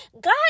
God